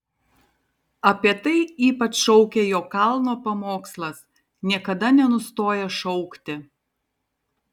apie tai ypač šaukia jo kalno pamokslas niekada nenustoja šaukti